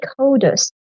stakeholders